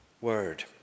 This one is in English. word